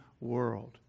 world